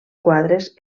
quadres